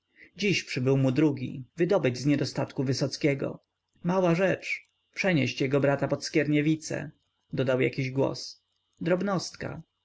dziś przybył mu drugi wydobyć z niedostatku wysockiego mała rzecz przenieść jego brata pod skierniewice dodał jakiś głos drobnostka ale